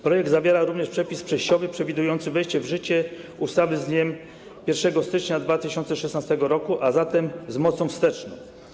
Projekt zawiera również przepis przejściowy przewidujący wejście w życie ustawy z dniem 1 stycznia 2016 r., a zatem z mocą wsteczną.